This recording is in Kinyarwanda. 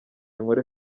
nkore